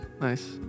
nice